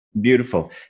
Beautiful